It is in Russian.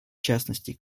частности